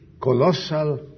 colossal